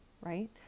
right